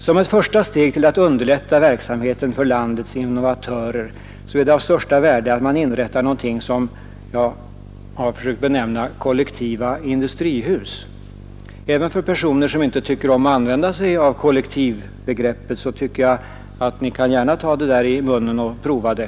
Som ett första steg till att underlätta verksamheten för landets innovatörer är det av största värde att man inrättar något som kan benämnas kollektiva industrihus. Även personer som inte tycker om att använda kollektivbegreppet borde kunna ta detta uttryck i sin mun och pröva det.